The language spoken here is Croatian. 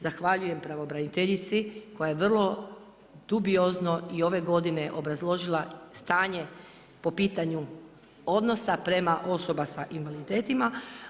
Zahvaljujem pravobraniteljici koja je vrlo dubiozno i ove godine obrazložila stanje po pitanju prema osobama s invaliditetom.